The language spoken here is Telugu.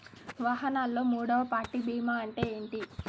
వాహనాల్లో మూడవ పార్టీ బీమా అంటే ఏంటి?